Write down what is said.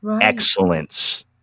excellence